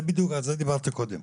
על זה דברתי קודם,